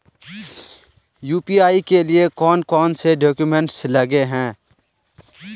UPI के लिए कौन कौन से डॉक्यूमेंट लगे है?